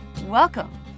welcome